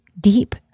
deep